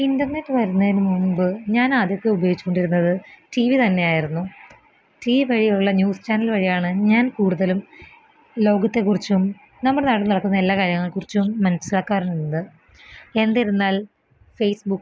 internet വരുന്നതിന് മുമ്പ് ഞാനാദ്യൊക്കെ ഉപയോഗിച്ചോണ്ടിരുന്നത് ടി വി തന്നെയായിരുന്നു ടി വി വഴിയുള്ള ന്യൂസ് ചാനൽ വഴിയാണ് ഞാൻ കൂടുതലും ലോകത്തെ കുറിച്ചും നമ്മുടെ നാട്ടിൽ നടക്കുന്ന എല്ലാ കാര്യങ്ങളെ കുറിച്ചും മനസിലാക്കാറുണ്ട് എന്തിരുന്നാൽ ഫേസ്ബുക്ക്